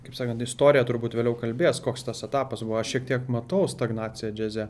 kaip sakant istorija turbūt vėliau kalbės koks tas etapas buvo aš šiek tiek matau stagnaciją džiaze